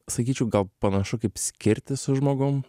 sakyčiau gal panašu kaip skirtis su žmogum